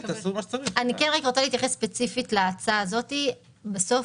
רגע רוצה להתייחס ספציפית להצעה הזאת בסוף,